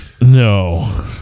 No